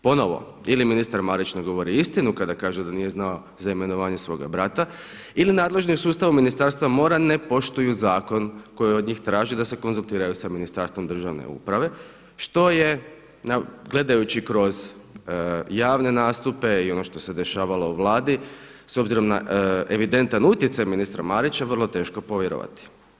Ponovo ili ministar Marić ne govori istinu kada kaže da nije znao za imenovanje svoga brata ili nadležni u sustavu Ministarstva mora ne poštuju zakon koji od njih traži da se konzultiraju sa Ministarstvom državne uprave što je gledajući kroz javne nastupe i ono što se dešavalo u Vladi, s obzirom na evidentan utjecaj ministra Marića vrlo teško povjerovati.